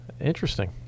Interesting